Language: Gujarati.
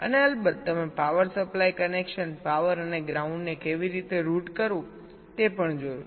અને અલબત્ત તમે પાવર સપ્લાય કનેક્શન્સ પાવર અને ગ્રાઉન્ડને કેવી રીતે રૂટ કરવું તે પણ જોયું